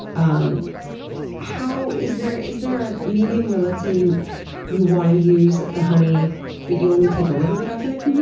um is there is there a medium where, let's say, you you want to use the honey but you only take a little bit of it?